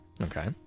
Okay